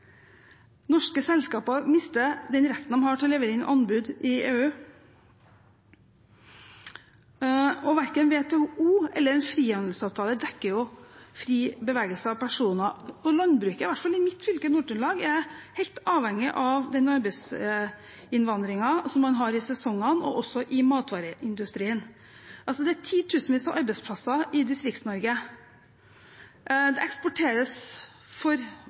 Norske selskaper mister retten de har til å levere inn anbud i EU. Og verken WTO eller en frihandelsavtale dekker fri bevegelse av personer. Og landbruket, i hvert fall i mitt fylke, Nord-Trøndelag, er helt avhengig av den arbeidsinnvandringen man har i sesongene. Det samme gjelder matvareindustrien. Det er titusener av arbeidsplasser i Distrikts-Norge. Det eksporteres for